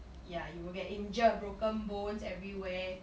ya you will get injured broken bones everywhere